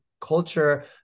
culture